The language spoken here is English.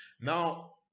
now